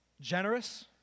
generous